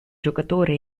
giocatore